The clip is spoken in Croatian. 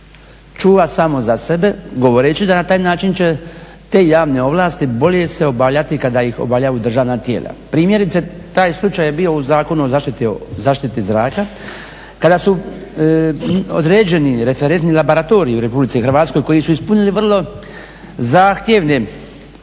čuva samo za sebe govoreći da na taj način će te javne ovlasti bolje se obavljati kada ih obavljaju državna tijela. Primjerice, taj slučaj je bio u Zakonu o zaštiti zraka kada su određeni referentni laboratoriji u RH koji su ispunili vrlo zahtjevne